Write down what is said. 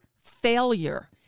failure